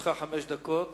לרשותך חמש דקות.